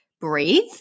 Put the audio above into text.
breathe